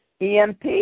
EMP